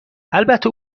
البته